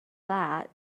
that